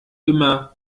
immer